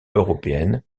européenne